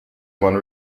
one